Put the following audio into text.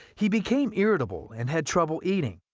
he became irritable and had trouble eating.